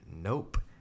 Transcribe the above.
Nope